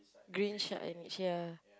green shirt and it's here